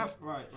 right